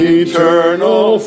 eternal